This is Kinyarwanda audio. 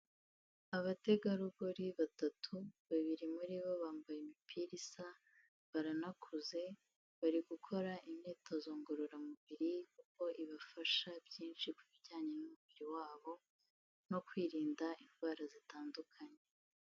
Abategarugori batatu, babiri muri bo bambaye imipira isa, baranakuze, bari gukora imyitozo ngororamubiri kuko ibafasha byinshi ku bijyanye n'umubiri wabo no kwirinda indwara zitandukanye.